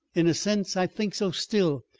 in a sense i think so still.